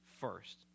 first